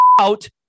out